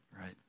right